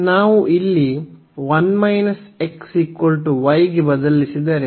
ನಾವು ಇಲ್ಲಿ ಗೆ ಬದಲಿಸಿದರೆ